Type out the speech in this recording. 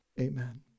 Amen